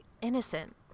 innocent